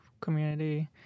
community